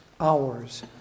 hours